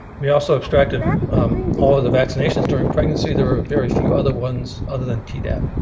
we also extracted all of the vaccinations during pregnancy. there were very few other ones, other than tdap.